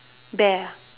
bear ah